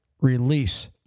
release